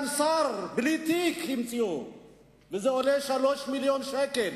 המציאו סגן שר